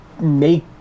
make